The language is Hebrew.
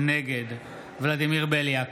נגד ולדימיר בליאק,